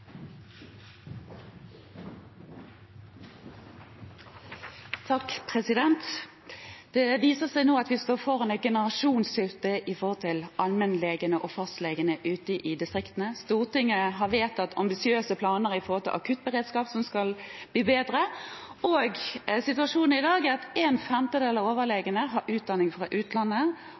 viser seg nå at vi står foran et generasjonsskifte når det gjelder allmennlegene og fastlegene ute i distriktene. Stortinget har vedtatt ambisiøse planer for akuttberedskapen, som skal bli bedre. Situasjonen i dag er at en femtedel av overlegene har utdanning fra utlandet,